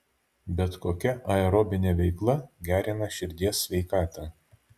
bet kokia aerobinė veikla gerina širdies sveikatą